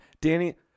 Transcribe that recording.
Danny